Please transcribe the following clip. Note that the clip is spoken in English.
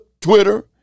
Twitter